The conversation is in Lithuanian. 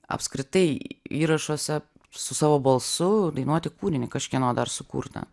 apskritai įrašuose su savo balsu dainuoti kūrinį kažkieno dar sukurtą